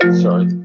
Sorry